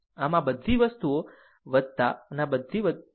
આમ આ બધી વસ્તુઓ આ બધી બાબતો છે